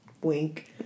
Wink